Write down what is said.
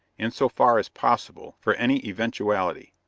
in so far as possible, for any eventuality.